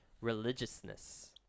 religiousness